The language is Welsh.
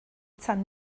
tan